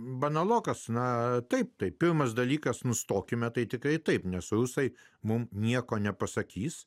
banalokas na taip tai pirmas dalykas nustokime tai tikrai taip nes rusai mums nieko nepasakys